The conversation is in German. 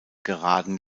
geraden